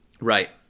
right